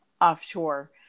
offshore